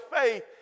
faith